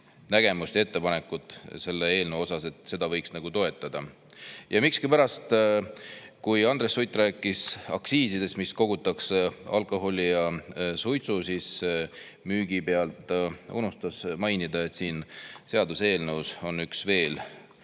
nägemust ja ettepanekut selle eelnõu osas, et seda võiks toetada. Miskipärast, kui Andres Sutt rääkis aktsiisidest, mis kogutakse alkoholi ja suitsu müügi pealt, unustas ta mainida seda, et siin seaduseelnõus on veel